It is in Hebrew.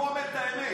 הוא אומר את האמת.